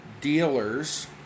dealers